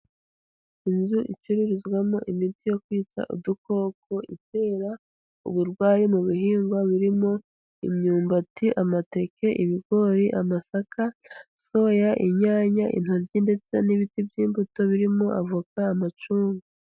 Inzu icururizwamo imiti yo kwica udukoko, itera uburwayi mu bihingwa birimo imyumbati, amateke, ibigori, amasaka, soya, inyanya, intoryi ndetse n'ibiti by'imbuto birimo avoka, amacunga.